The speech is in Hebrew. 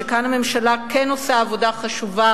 שכאן הממשלה כן עושה עבודה חשובה